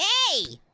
hey!